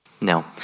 No